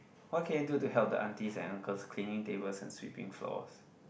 what can I do to help the aunties and uncles cleaning tables and sweeping floors